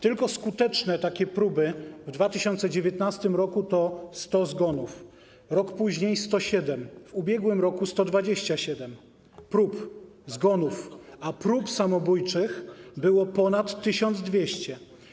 Tylko skuteczne takie próby w 2019 r. to 100 zgonów, rok później - 107, w ubiegłym roku - 127 prób, zgonów, a prób samobójczych było ponad 1200.